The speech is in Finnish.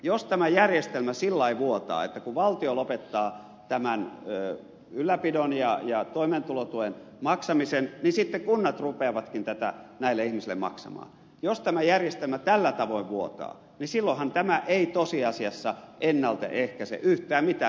jos tämä järjestelmä sillä lailla vuotaa että kun valtio lopettaa ylläpidon ja toimeentulotuen maksamisen niin sitten kunnat rupeavatkin tätä näille ihmisille maksamaan jos tämä järjestelmä tällä tavoin huolta silloinhan tämä ei tosiasiassa ennalta ehkäise yhtään mitään